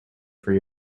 for